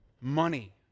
money